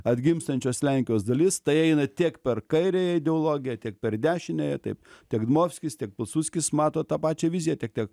atgimstančios lenkijos dalis tai eina tiek per kairiąją ideologiją tiek per dešiniąją taip tiek dmovskis tiek pilsudskis mato tą pačią viziją tik tiek